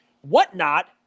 Whatnot